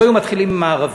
הם לא היו מתחילים עם הערבים.